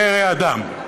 "פרא אדם"?